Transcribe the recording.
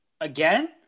again